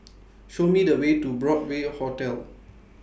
Show Me The Way to Broadway Hotel